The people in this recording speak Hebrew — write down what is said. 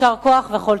יישר כוח וכל טוב.